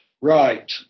Right